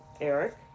Eric